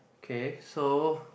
okay so